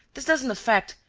this doesn't affect.